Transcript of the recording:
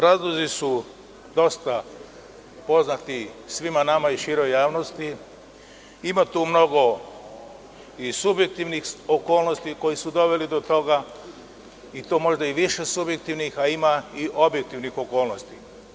Razlozi su dosta poznati svima nama i široj javnosti ima tu mnogo i subjektivnih okolnosti koje su dovele do toga i to možda i više subjektivnih, a ima i objektivnih okolnosti.